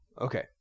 Okay